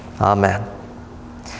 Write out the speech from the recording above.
amen